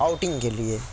outing کے لئے